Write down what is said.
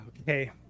okay